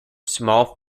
small